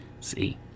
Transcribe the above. See